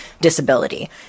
disability